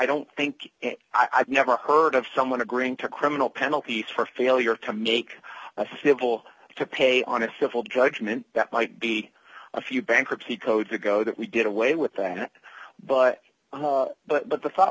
don't think i've never heard of someone agreeing to criminal penalties for failure to make a civil to pay on a civil judgment that might be a few bankruptcy code to go that we get away with that but but but the thought